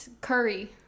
Curry